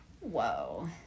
whoa